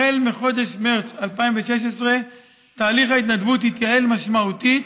החל מחודש מרס 2016 תהליך ההתנדבות התייעל משמעותית